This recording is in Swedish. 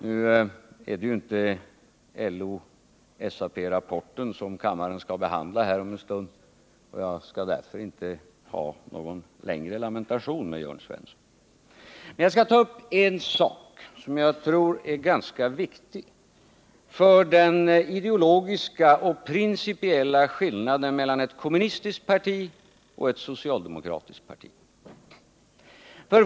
Men nu är det ju inte LO-SAP-rapporten som kammaren skall besluta om här om en stund, och jag skall därför inte ha någon längre lamentation med Jörn Svensson. Jag skall i stället ta upp en sak som jag tror är ganska viktig för den ideologiska och principiella skillnaden mellan ett kommunistiskt parti och ett socialdemokratiskt parti.